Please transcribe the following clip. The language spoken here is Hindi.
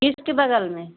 किसके बगल में